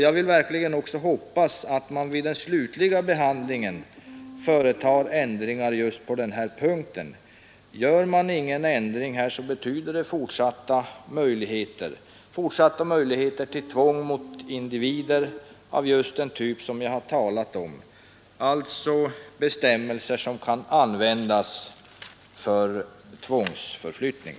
Jag vill verkligen också hoppas att man vid den slutliga behandlingen företar ändringar just på den här punkten. Gör man ingen ändring här, betyder det fortsatta möjligheter till tvång mot individer, av just den typ jag har talat om — alltså att bestämmelserna kan användas för fortsatt tvångsförflyttning.